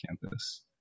campus